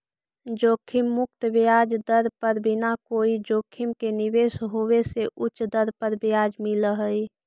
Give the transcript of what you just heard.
जोखिम मुक्त ब्याज दर पर बिना कोई जोखिम के निवेश होवे से उच्च दर पर ब्याज मिलऽ हई